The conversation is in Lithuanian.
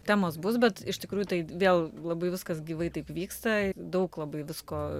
temos bus bet iš tikrųjų tai vėl labai viskas gyvai taip vyksta daug labai visko